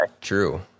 True